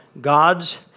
God's